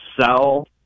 sell